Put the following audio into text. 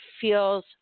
feels